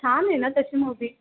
छान आहे ना तशी मूव्ही